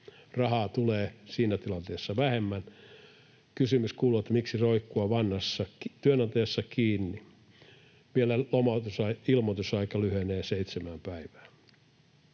Rahaa tulee siinä tilanteessa vähemmän. Kysymys kuuluu, miksi roikkua vanhassa työnantajassa kiinni? Vielä ilmoitusaika lyhenee seitsemään päivään.